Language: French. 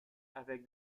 avec